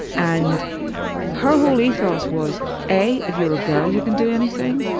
and her whole ethos was a. if you're a girl you can do anything,